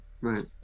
Right